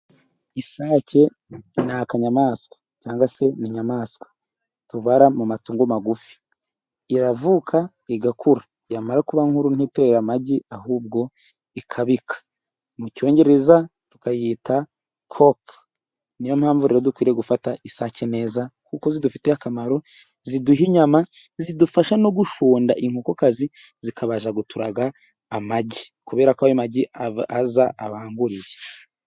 Isake ni akanyamaswa cyangwa se inyamaswa tubara mu matungo magufi , iravuka igakura yamara kuba nkuru ntitera amagi ahubwo ikabika, mu cyongereza tukayita cock ,niyo mpamvu rero dukwiye gufata isake neza kuko zidufitiye akamaro, ziduha inyama zidufasha no gufunda inkokokazi zikabasha guturaga amagi, kubera ko ayo magi aza abanguriye.